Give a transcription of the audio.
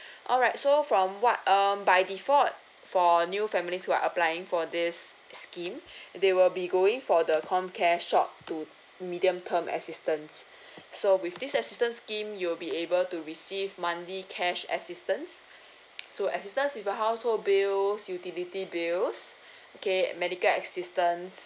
alright so from what um by default for new families who are applying for this scheme they will be going for the comcare short to medium term assistance so with this assistance scheme you'll be able to receive monthly cash assistance so assistance with your household bills utility bills okay and medical assistance